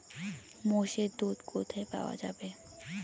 মোষের দুধ কোথায় পাওয়া যাবে?